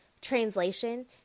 Translation